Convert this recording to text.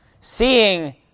Seeing